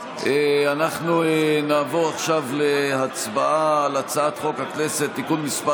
אנחנו נעבור עכשיו להצבעה על הצעת חוק הכנסת (תיקון מס'